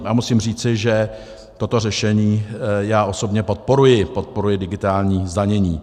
A musím říci, že toto řešení já osobně podporuji, podporuji digitální zdanění.